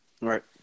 right